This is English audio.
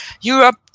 Europe